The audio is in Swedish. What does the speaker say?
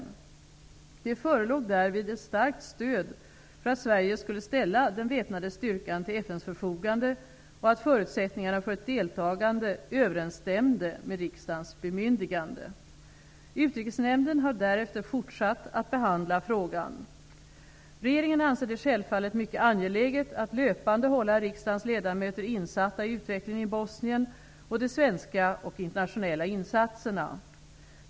Det förelåg därvid ett starkt stöd för att Sverige skulle ställa den väpnade styrkan till FN:s förfogande och att förutsättningarna för ett deltagande överensstämde med riksdagens bemyndigande. Utrikesnämnden har därefter fortsatt att behandla frågan. Regeringen anser det självfallet mycket angeläget att löpande hålla riksdagens ledamöter insatta i utvecklingen i Bosnien och de svenska och internationella insatserna.